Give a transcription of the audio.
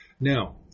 Now